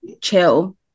chill